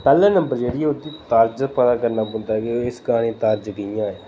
पैह्ले नंबर पर जेह्ड़ी होंदी तर्ज पता करना पौंदा कि स गाने दी तर्ज कि'यां ऐ